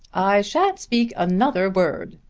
i shan't speak another word,